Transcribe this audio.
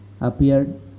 appeared